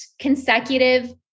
consecutive